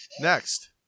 Next